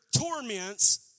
torments